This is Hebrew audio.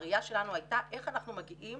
הראיה שלנו הייתה איך אנחנו מגיעים